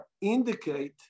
indicate